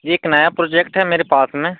यह एक नया प्रोजेक्ट है मेरे पास में